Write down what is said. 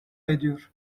ediyor